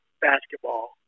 basketball